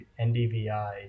NDVI